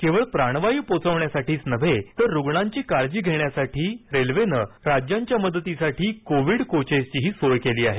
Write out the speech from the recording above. केवळ प्राणवायू पोहोचवण्याचीच नव्हे तर रुग्णांची काळजी घेण्यासाठी रेल्वेनं राज्यांच्या मदतीकरिता कोविड कोचेसही सोय केली आहे